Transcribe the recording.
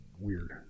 weird